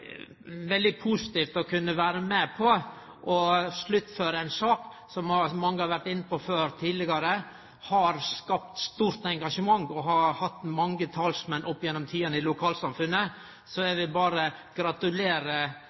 veldig positivt å kunne vere med på å sluttføre ei sak, som mange har vore inne på tidlegare, som har skapt eit stort engasjement, og som har hatt mange talsmenn opp gjennom tidene i lokalsamfunnet. Eg vil berre gratulere